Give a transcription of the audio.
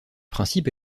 principe